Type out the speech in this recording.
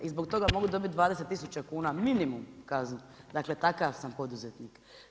I zbog toga mogu dobiti 20000 kn minimum kazne, dakle, takva sam poduzetnik.